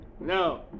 No